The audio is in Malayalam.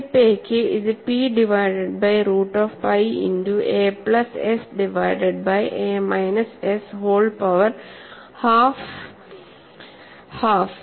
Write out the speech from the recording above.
ടിപ്പ് എ യ്ക്ക് ഇത് P divided by root of pi into a plus s divided by a minus s whole power half